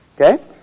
Okay